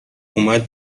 اومد